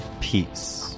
peace